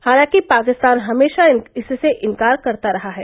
हालांकि पाकिस्तान हमेशा इससे इन्कार करता रहा है